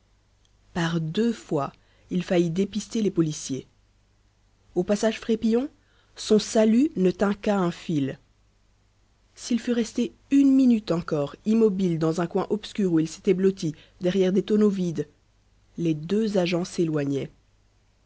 par deux fois il faillit dépister les policiers au passage frépillon son salut ne tint qu'à un fil s'il fût resté une minute encore immobile dans un coin obscur où il s'était blotti derrière des tonneaux vides les deux agents s'éloignaient